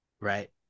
right